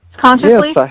Consciously